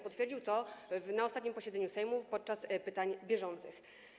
Potwierdził to na ostatnim posiedzeniu Sejmu podczas pytań bieżących.